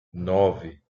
nove